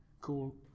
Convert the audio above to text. Cool